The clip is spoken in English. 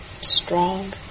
strong